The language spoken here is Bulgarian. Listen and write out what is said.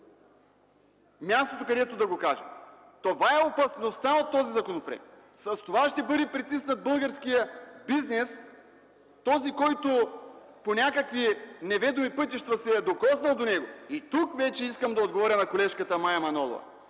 мястото, където да го кажем. Това е опасността от този законопроект. С това ще бъде притиснат българският бизнес – този, който по някакви неведоми пътища се е докоснал до него. Тук вече искам да отговоря на колежката Мая Манолова: